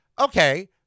okay